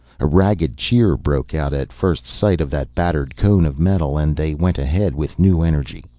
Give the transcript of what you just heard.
a ragged cheer broke out at first sight of that battered cone of metal and they went ahead with new energy.